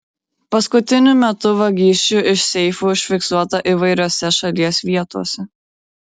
paskutiniu metu vagysčių iš seifų užfiksuota įvairiose šalies vietose